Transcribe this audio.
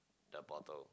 the bottle